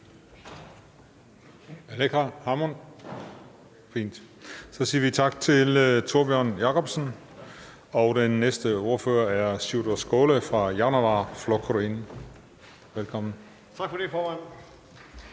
Så siger vi tak til Tórbjørn Jacobsen. Og den næste ordfører er Sjúrður Skaale fra Javnaðarflokkurin. Velkommen. Kl. 21:08 (Ordfører)